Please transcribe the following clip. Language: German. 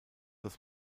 das